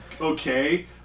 okay